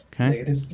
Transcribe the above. Okay